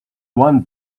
one